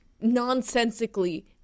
nonsensically